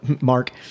mark